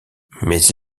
mais